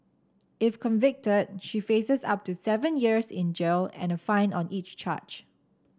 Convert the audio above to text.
if convicted she faces up to seven years in jail and fine on each charge